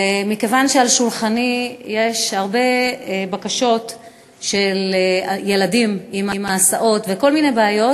ומכיוון שעל שולחני יש הרבה בקשות של ילדים להסעות וכל מיני בעיות,